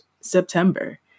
September